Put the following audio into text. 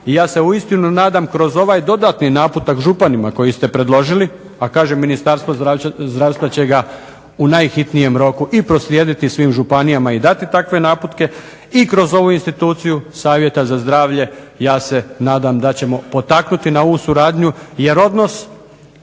i ja se uistinu nadam kroz ovaj dodatni naputak županima koji ste predložili, a kažem Ministarstvo zdravstva će ga u najhitnijem roku i proslijediti svim županijama i dati takve naputke i kroz ovu instituciju Savjeta za zdravlje ja se nadam da ćemo potaknuti na ovu suradnju, jer odnos